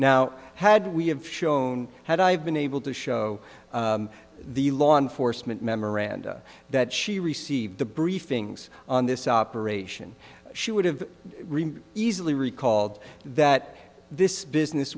now had we have shown had i been able to show the law enforcement memoranda that she received the briefings on this operation she would have easily recalled that this business